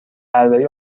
پروری